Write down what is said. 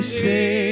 say